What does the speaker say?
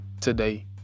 today